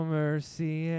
mercy